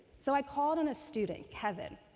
so i called on a student, kevin,